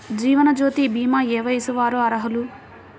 జీవనజ్యోతి భీమా ఏ వయస్సు వారు అర్హులు?